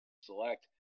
select